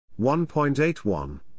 1.81